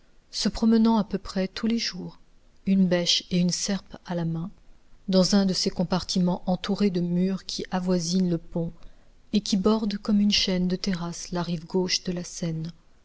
se promenant à peu près tous les jours une bêche et une serpe à la main dans un de ces compartiments entourés de murs qui avoisinent le pont et qui bordent comme une chaîne de terrasses la rive gauche de la seine